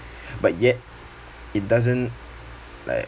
but yet it doesn't like